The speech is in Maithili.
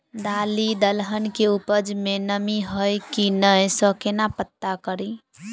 दालि दलहन केँ उपज मे नमी हय की नै सँ केना पत्ता कड़ी?